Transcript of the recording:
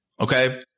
Okay